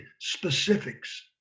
specifics